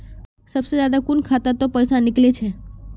सबसे ज्यादा कुंडा खाता त पैसा निकले छे?